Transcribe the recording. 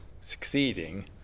succeeding